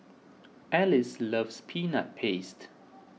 Alice loves Peanut Paste